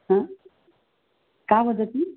हा का वदति